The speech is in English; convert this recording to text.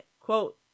quote